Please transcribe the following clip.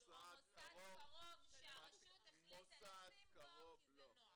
או מוסד קרוב שהרשות החליטה לשים בו כי זה נוח.